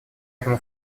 этому